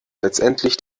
letztendlich